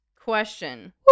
question